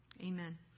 Amen